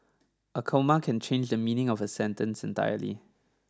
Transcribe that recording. a coma can change the meaning of a sentence entirely